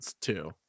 two